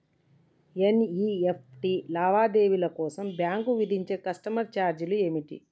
NEFT లావాదేవీల కోసం bank విధించే కస్టమర్ ఛార్జీలు ఏమిటి?